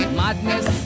madness